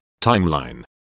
Timeline